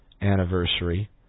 anniversary